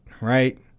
right